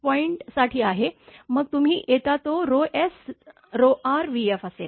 मग तुम्ही येता तो srvf असेल